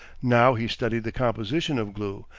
now he studied the composition of glue,